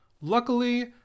Luckily